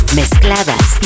mezcladas